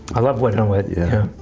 i love wet and on wet. yeah,